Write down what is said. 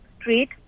Street